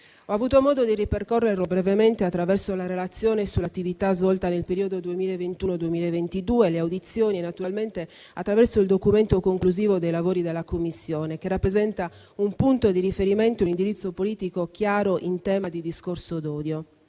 Ho avuto modo di ripercorrerlo brevemente attraverso la relazione sull'attività svolta nel periodo 2021-2022, le audizioni e naturalmente attraverso il documento conclusivo dei lavori della Commissione, che rappresenta un punto di riferimento e un indirizzo politico chiaro in tema di discorso d'odio.